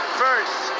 first